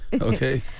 okay